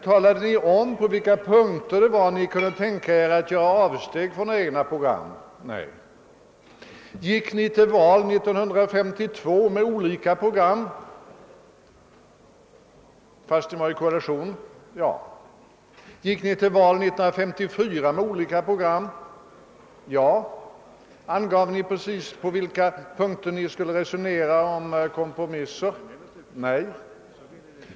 Talade ni om, på vilka punk ter ni kunde tänka er att göra avsteg från ert eget program? Nej. Gick ni till val 1952 med olika program, fast ni var i koalition? Ja. Gick ni till val 1954 med olika program? Ja. Angav ni precis på vilka punkter ni skulle resonera om kompromisser? Nej.